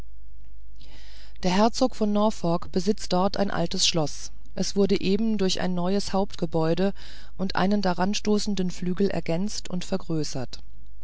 der herzog von norfolk besitzt dort ein altes schloß es wurde eben durch ein neues hauptgebäude und einen daran stoßenden flügel ergänzt und vergrößert